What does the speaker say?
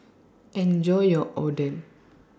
Enjoy your Oden